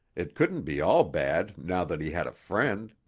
it couldn't be all bad now that he had a friend.